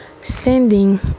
sending